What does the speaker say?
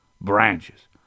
Branches